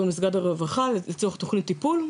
או במשרד הרווחה לצורך תוכנית טיפול,